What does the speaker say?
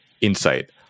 insight